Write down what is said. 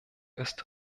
ist